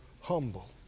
humble